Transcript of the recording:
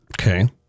Okay